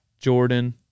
Jordan